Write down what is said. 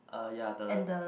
uh ya the